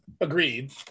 agreed